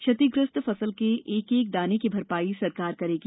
क्षतिग्रस्त फसल के एक एक दाने की भरपाई सरकार करेगी